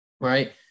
Right